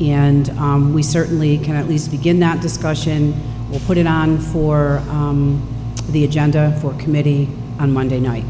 and we certainly can at least begin that discussion and put it on for the agenda for committee on monday night